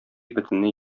бөтенләй